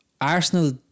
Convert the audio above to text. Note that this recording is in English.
Arsenal